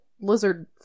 lizard